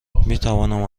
میتوانم